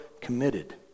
committed